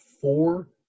four